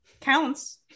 counts